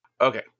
Okay